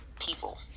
people